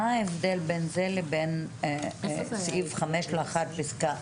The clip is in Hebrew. מה ההבדל בין זה לבין סעיף 5 לאחר פסקה